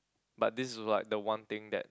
but this is also like the one thing that